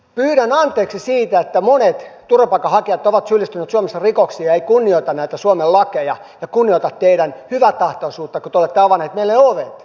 pyydän anteeksi sitä että monet turvapaikanhakijat ovat syyllistyneet suomessa rikoksiin ja eivät kunnioita näitä suomen lakeja ja kunnioita teidän hyväntahtoisuuttanne kun te olette avanneet meille ovet